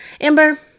Amber